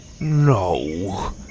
No